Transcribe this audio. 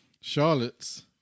Charlotte's